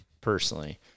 personally